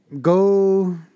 go